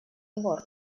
двор